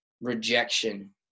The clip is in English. rejection